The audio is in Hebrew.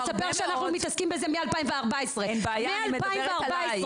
אני אספר לך שאנחנו מתעסקים בזה משנת 2014. שראל אני מדברת עלי.